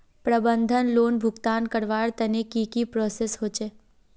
प्रबंधन लोन भुगतान करवार तने की की प्रोसेस होचे?